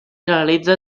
realitza